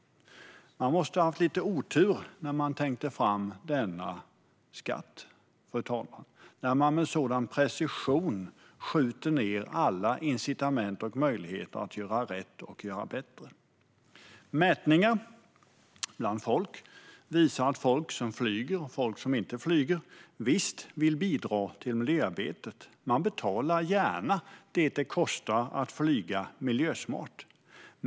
Man måste ha haft otur när man tänkte fram denna skatt, fru talman, när man med sådan precision skjuter ned alla incitament och möjligheter att göra rätt och göra bättre. Mätningar bland folk visar att folk som flyger och folk som inte flyger visst vill bidra till miljöarbetet. Man betalar gärna vad det kostar att flyga miljösmart.